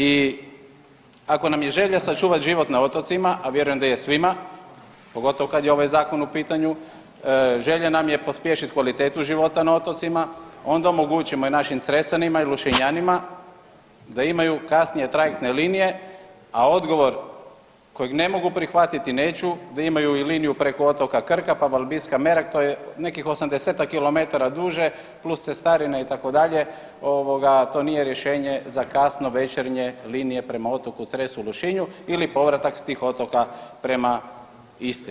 I ako nam je želja sačuvat život na otocima, a vjerujem da je svima, pogotovo kad je ovaj zakon u pitanju, želja nam je pospješit kvalitetu života na otocima, onda omogućimo i našim Cresanima i Lošinjanima da imaju kasnije trajektne linije, a odgovor kojeg ne mogu prihvatiti i neću da imaju i liniju preko otoka Krka, pa Valbiska i Merag, to je nekih 80 kilometara duže plus cestarina itd., ovoga to nije rješenje za kasno večernje linije prema otoku Cresu i Lošinju ili povratak s tih otoka prema Istri.